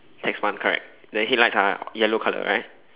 six one correct the headlight colour yellow colour right